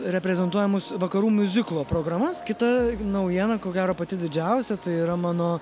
reprezentuojamus vakarų miuziklo programas kita naujiena ko gero pati didžiausia tai yra mano